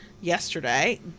yesterday